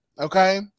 okay